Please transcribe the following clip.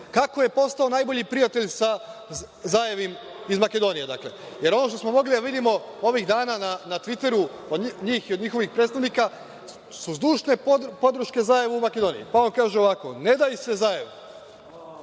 kako je postao najbolji prijatelj sa Zaevim iz Makedonije? Ovo što smo mogli da vidimo ovih dana na Tviteru, od njih i od njihovih predstavnika, su zdušne podrške za EU u Makedoniji. On kaže ovako – Ne daj se Zaev,